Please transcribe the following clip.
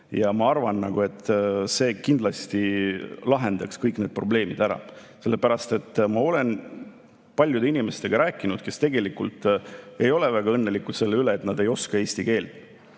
Ma arvan, et see kindlasti lahendaks kõik need probleemid ära, sellepärast et ma olen rääkinud paljude inimestega, kes tegelikult ei ole väga õnnelikud selle üle, et nad ei oska eesti keelt